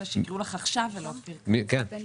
הצבעה